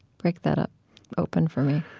break that ah open for me